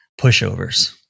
pushovers